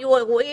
היו אירועים,